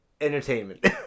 entertainment